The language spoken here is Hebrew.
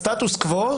הסטטוס קוו,